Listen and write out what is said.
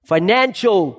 Financial